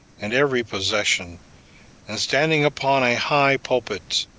and every possession and standing upon a high pulpit,